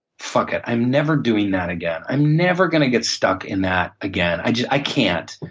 fuck it. i'm never doing that again. i'm never gonna get stuck in that again. i can't.